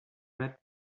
red